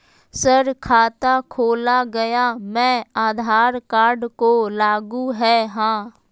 Sir खाता खोला गया मैं आधार कार्ड को लागू है हां?